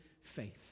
faith